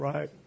Right